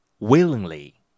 Willingly